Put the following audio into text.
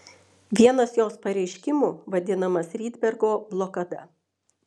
vienas jos pasireiškimų vadinamas rydbergo blokada